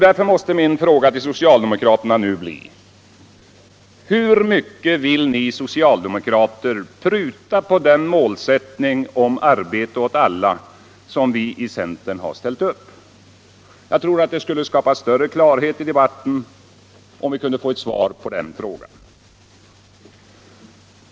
Därför måste min fråga till socialdemokraterna nu bli: Hur mycket vill ni socialdemokrater pruta på den målsättning om arbete åt alla som vi i centern har ställt upp? Jag tror att det skulle skapa större klarhet i debatten om vi kunde få ett svar på den frågan.